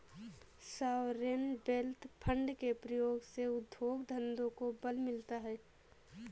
sovereign wealth fund के प्रयोग से उद्योग धंधों को बल मिलता है